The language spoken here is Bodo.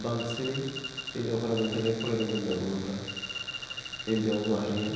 बांसिनै हिन्जावफोरा मानि थाखाय फरायनांगौ होन्नानै बुङोब्ला हिन्जाव माहारिया